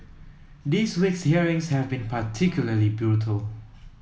this week's hearings have been particularly brutal